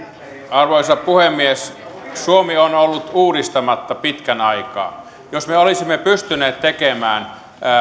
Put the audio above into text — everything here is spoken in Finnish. arvoisa puhemies suomi on ollut uudistamatta pitkän aikaa jos me olisimme pystyneet tekemään